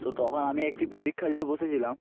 তো তখন আমি একটি পরীক্ষা দিতে বসেছিলাম